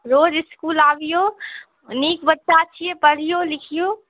रोज school आबियौ नीक बच्चा छियै पढ़िऔ लिखिऔ